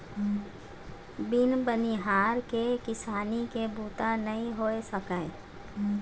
बिन बनिहार के किसानी के बूता नइ हो सकय